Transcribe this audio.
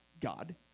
God